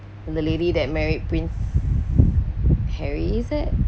and the lady that married prince harry is it